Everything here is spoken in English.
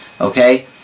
Okay